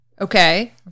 Okay